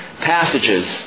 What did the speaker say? passages